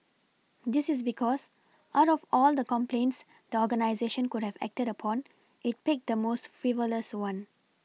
this is because out of all the complaints the organisation could have acted upon it picked the most frivolous one